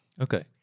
Okay